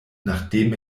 nachdem